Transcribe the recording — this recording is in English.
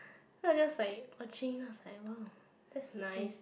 then I just like watching I was like !wow! that's nice